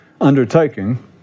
undertaking